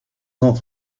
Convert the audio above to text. sont